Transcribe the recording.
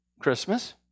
Christmas